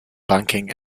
banking